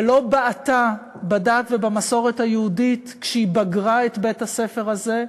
ולא בעטה בדת ובמסורת היהודית כשהיא בגרה את בית-הספר הזה,